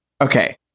okay